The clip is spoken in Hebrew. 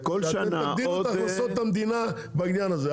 אתם תגדילו את הכנות המדינה בעניין הזה.